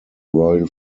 royal